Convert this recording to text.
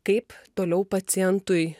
kaip toliau pacientui